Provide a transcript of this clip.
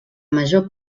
major